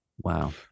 Wow